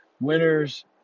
Winners